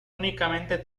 únicamente